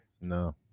No